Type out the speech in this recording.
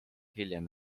hiljem